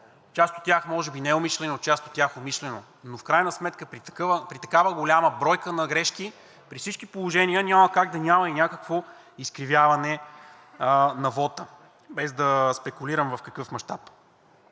част от тях може би неумишлено, част от тях умишлено, но в крайна сметка при такава голяма бройка на грешки при всички положения няма как да няма и някакво изкривяване на вота, без да спекулирам в какъв мащаб.